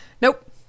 Nope